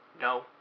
no